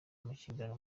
amakimbirane